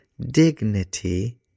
dignity